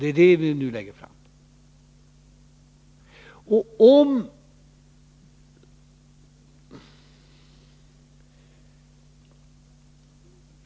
Det är detta förslag som vi lägger fram.